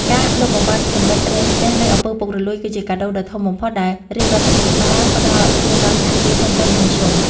ការលុបបំបាត់ ចំណុចរាំងស្ទះ នៃអំពើពុករលួយ គឺជាកាដូដ៏ល្អបំផុតដែលរាជរដ្ឋាភិបាលផ្ដល់ជូនដល់សហគ្រាសធុនតូច និងមធ្យម។